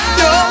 no